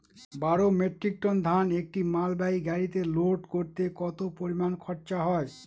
বারো metric ton ধান একটি মালবাহী গাড়িতে লোড করতে কতো পরিমাণ খরচা হয়?